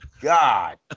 God